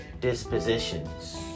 dispositions